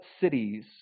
cities